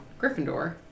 Gryffindor